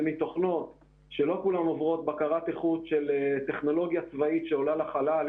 ומתוכנות שלא כולן עוברות בקרת איכות של טכנולוגיה צבאית שעולה לחלל,